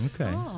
Okay